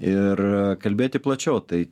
ir kalbėti plačiau tai